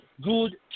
good